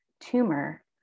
tumor